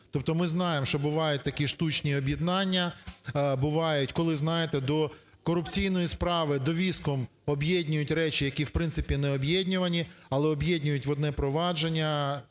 Тобто ми знаємо, що бувають такі штучні об'єднання, бувають, коли, знаєте, до корупційної справи довіском об'єднують речі, які, в принципі, необ'єднувані, але об'єднують в одне провадження